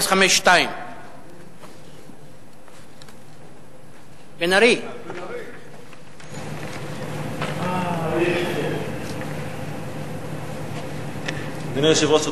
1052. אדוני היושב-ראש,